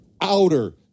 outer